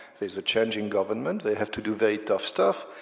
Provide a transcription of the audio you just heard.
there's a changing government, they have to do very tough stuff,